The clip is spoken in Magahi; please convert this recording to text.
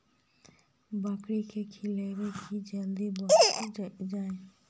बकरी के का खिलैबै कि जल्दी बढ़ जाए?